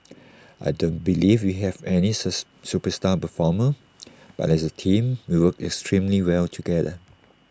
I don't believe we have any superstar performer but as A team we work extremely well together